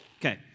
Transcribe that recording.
Okay